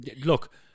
Look